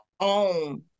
own